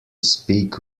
speak